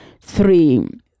three